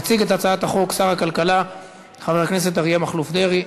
יציג את הצעת החוק שר הכלכלה חבר הכנסת אריה מכלוף דרעי.